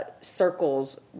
circles